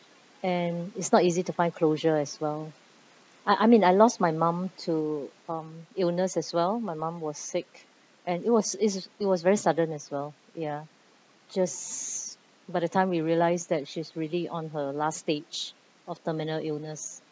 and it's not easy to find closure as well I I mean I lost my mum to um illness as well my mom was sick and it was it's it was very sudden as well ya just by the time we realise that she's really on her last stage of terminal illness